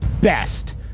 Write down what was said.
best